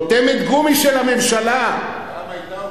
חותמת גומי של הממשלה, פעם היתה אופוזיציה.